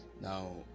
now